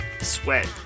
sweat